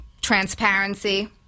Transparency